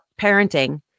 parenting